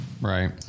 right